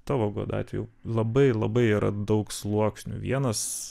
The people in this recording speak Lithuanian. tavo goda atveju labai labai yra daug sluoksnių vienas